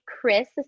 Chris